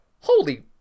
holy